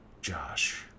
Josh